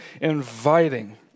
inviting